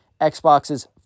Xboxes